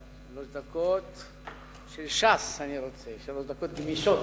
שלוש דקות של ש"ס אני רוצה, שלוש דקות גמישות.